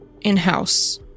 in-house